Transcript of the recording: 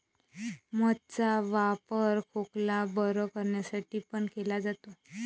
मध चा वापर खोकला बरं करण्यासाठी पण केला जातो